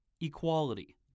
Equality